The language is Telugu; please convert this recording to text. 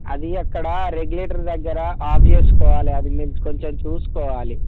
అది అక్కడా రెగ్యులేటర్ దగ్గరా ఆఫ్ చేసుకోవాలి అది మీరు కొంచెం చూసుకోవాలి